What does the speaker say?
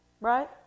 right